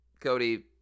Cody